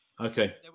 Okay